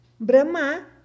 Brahma